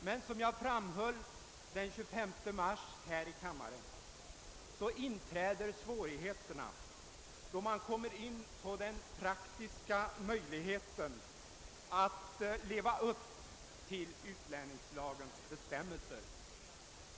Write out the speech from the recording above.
Men som jag framhöll här i kammaren den 25 mars tillstöter svårigheter då man kommer in på de praktiska möjligheterna att leva upp till utlänningslagens bestämmelser.